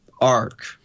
arc –